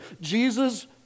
Jesus